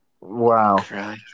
Wow